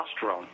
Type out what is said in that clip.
testosterone